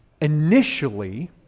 initially